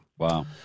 Wow